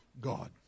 God